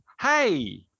hey